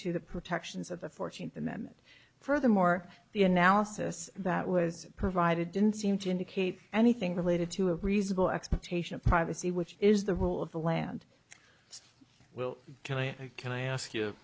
to the protections of the fourteenth amendment furthermore the analysis that was provided didn't seem to indicate anything related to a reasonable expectation of privacy which is the rule of the land will tell you can i ask you